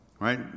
Right